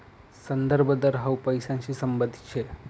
संदर्भ दर हाउ पैसांशी संबंधित शे